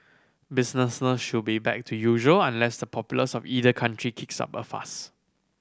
business should be back to usual unless the populace of either country kicks up a fuss